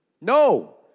No